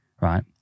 right